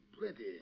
plenty